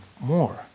more